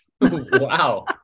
Wow